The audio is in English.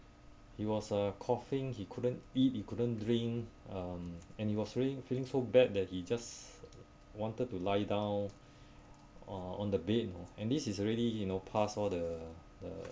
he was uh coughing he couldn't eat couldn't drink um and he was feeling feeling so bad that he just wanted to lie down uh on the bed you know and this is already you know pass all the the